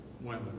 women